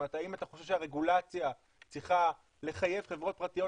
האם אתה חושב שהרגולציה צריכה לחייב חברות פרטיות